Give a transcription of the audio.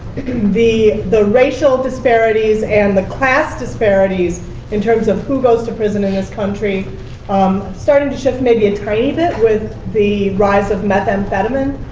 the the racial disparities, and the class disparities in terms of who goes to prison in this country is um starting to shift maybe a tiny bit, with the rise of methamphetamine.